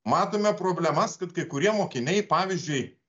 matome problemas kad kai kurie mokiniai pavyzdžiui